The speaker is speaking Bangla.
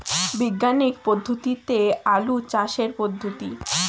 বিজ্ঞানিক পদ্ধতিতে আলু চাষের পদ্ধতি?